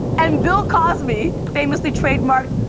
and bill cosby famously trademarked,